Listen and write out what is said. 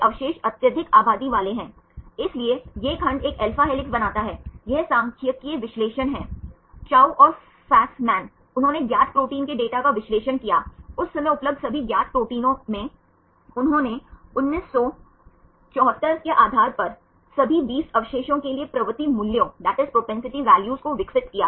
छात्र आवधिक व्यवस्था हाँ यह एक आवधिक व्यवस्था सही है यह नियमित है और एक पॉलीपेप्टाइड श्रृंखला में एमिनो एसिड अवशेषों की आवधिक व्यवस्था सही है